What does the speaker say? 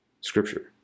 scripture